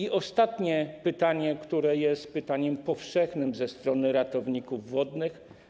I ostatnie pytanie, które jest pytaniem powszechnym ze strony ratowników wodnych: